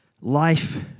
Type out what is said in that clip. life